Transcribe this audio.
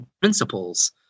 principles